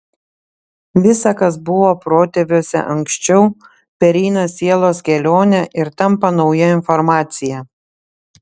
visa kas buvo protėviuose anksčiau pereina sielos kelionę ir tampa nauja informacija